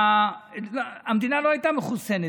והמדינה לא הייתה מחוסנת,